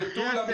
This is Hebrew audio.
מטולה,